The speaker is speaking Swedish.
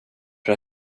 för